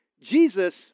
Jesus